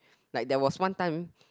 like there was one time